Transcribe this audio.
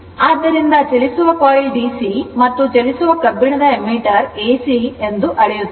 ಆದ್ದರಿಂದ ಚಲಿಸುವ coil DC ಮತ್ತು ಚಲಿಸುವ ಕಬ್ಬಿಣದ ammeter ಎಸಿ ಅಳೆಯುತ್ತದೆ